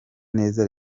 neza